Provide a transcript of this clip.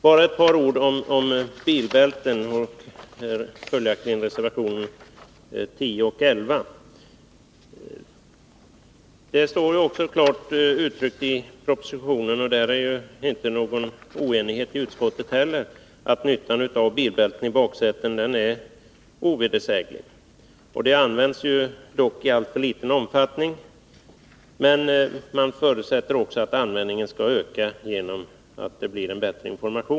Bara några ord om bilbältena och följaktligen reservationerna 10 och 11: Det står klart uttryckt i propositionen — och det föreligger inte heller någon oenighet i utskottet om det att nyttan av bilbälten i baksätet är ovedersäglig. Bältena används dock i alltför liten omfattning, men utskottet förutsätter att användningen skall öka genom att informationen blir bättre.